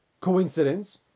coincidence